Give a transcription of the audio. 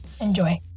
Enjoy